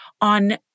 on